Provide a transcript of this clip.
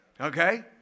Okay